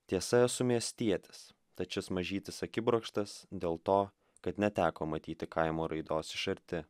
tiesa esu miestietis tad šis mažytis akibrokštas dėl to kad neteko matyti kaimo raidos iš arti